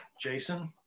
Jason